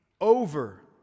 over